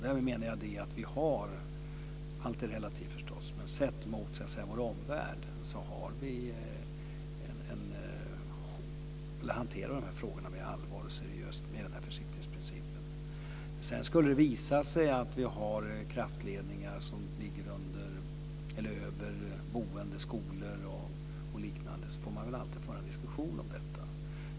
Därför menar jag att vi sett mot vår omvärld hanterar dessa frågor med allvar och seriöst med försiktighetsprincipen. Om det sedan skulle visa sig att det finns kraftledningar som ligger över boende, skolor och liknande får vi väl alltid föra en diskussion om detta.